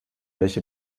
welche